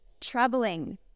troubling